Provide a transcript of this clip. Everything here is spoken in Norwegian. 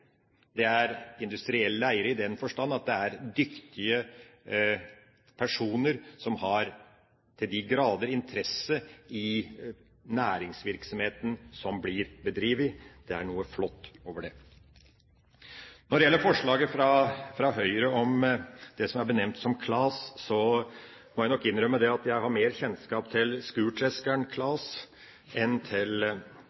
grader er industrielle eiere. Det er industrielle eiere i den forstand at det er dyktige personer som har til de grader interesse i næringsvirksomheten som blir bedrevet. Det er noe flott over det. Når det gjelder forslaget fra Høyre om det som er benevnt som KLAS, må jeg nok innrømme at jeg har mer kjennskap til skurtreskeren